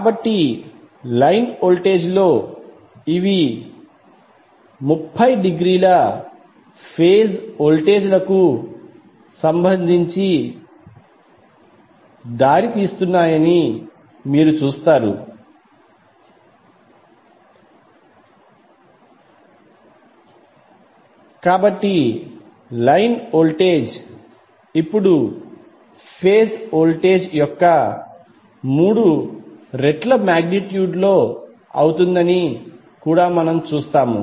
కాబట్టి line voltage లో ఇవి 30 డిగ్రీల ఫేజ్ వోల్టేజ్లకు సంబంధించి దారితీస్తున్నాయని మీరు చూస్తారు కాబట్టి లైన్ వోల్టేజ్ ఇప్పుడు ఫేజ్ వోల్టేజ్ యొక్క రూట్ 3 రెట్లు మాగ్నిట్యూడ్ లో అవుతుందని కూడా మనం చూస్తాము